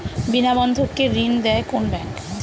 বিনা বন্ধক কে ঋণ দেয় কোন ব্যাংক?